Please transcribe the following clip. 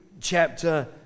chapter